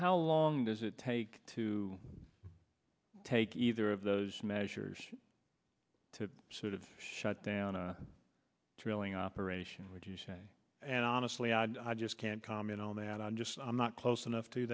how long does it take to take either of those measures to sort of shut down a drilling operation would you say and honestly i just can't comment on that i'm just i'm not close enough to